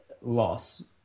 loss